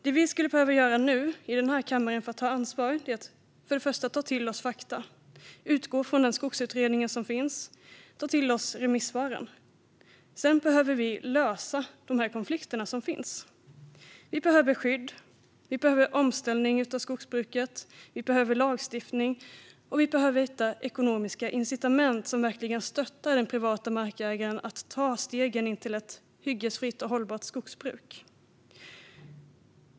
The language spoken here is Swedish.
Det vi skulle behöva göra nu i denna kammare för att ta ansvar är först och främst att ta till oss fakta, utgå från den skogsutredning som finns och ta till oss remissvaren. Sedan behöver vi lösa de konflikter som finns. Vi behöver skydd, vi behöver omställning av skogsbruket, vi behöver lagstiftning och vi behöver hitta ekonomiska incitament som verkligen stöttar den privata markägaren att ta stegen in till ett hyggesfritt och hållbart skogsbruk.